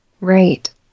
Right